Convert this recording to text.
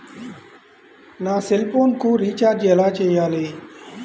నా సెల్ఫోన్కు రీచార్జ్ ఎలా చేయాలి?